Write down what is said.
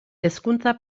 hezkuntza